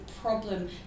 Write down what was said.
problem